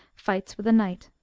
fights with a knight